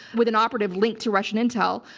with an operative linked to russian intel,